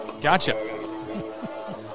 Gotcha